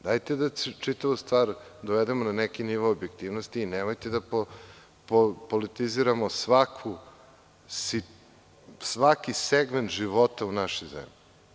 Dajte da čitavu stvar dovedemo na neki nivo objektivnosti i nemojte da politiziramo svaki segment života u našoj zemlji.